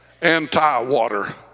Anti-water